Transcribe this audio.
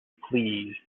pleased